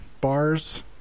bars